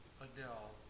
Adele